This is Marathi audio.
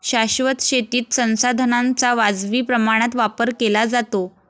शाश्वत शेतीत संसाधनांचा वाजवी प्रमाणात वापर केला जातो